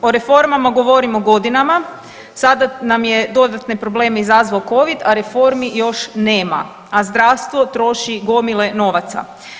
O reformama govorimo godinama, sada nam je dodatne probleme izazvao Covid, a reformi još nema, a zdravstvo troši gomile novaca.